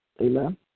Amen